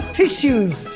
tissues